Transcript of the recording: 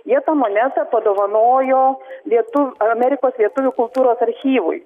jie tą monetą padovanojo lietuv amerikos lietuvių kultūros archyvui